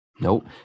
Nope